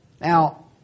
Now